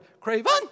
Craven